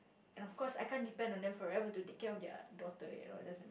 and of course I can't depend on them forever to take care of their daughter you know there's